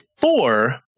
four